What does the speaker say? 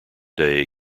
day